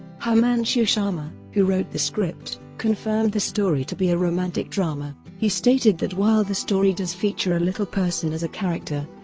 himanshu sharma, who wrote the script, confirmed the story to be a romantic drama. drama. he stated that while the story does feature a little person as a character,